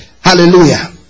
Hallelujah